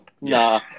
Nah